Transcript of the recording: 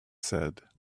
said